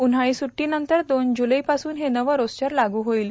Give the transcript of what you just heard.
उन्हाळी सुट्ट्रदीनंतर दोन जुलैपासून हे नवं रोस्टर लागू होईल